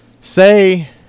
say